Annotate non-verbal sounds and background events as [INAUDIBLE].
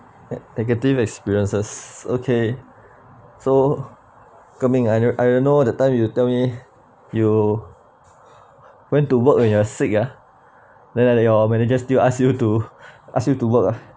negative experiences okay so guang ming I don't know the time you tell me you went to work when you're sick ah then like your manager still [LAUGHS] ask you to ask you to work ah